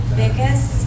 biggest